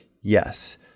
Yes